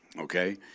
okay